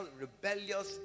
rebellious